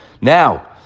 Now